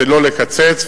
שלא לקצץ.